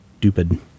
stupid